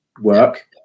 work